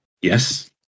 Yes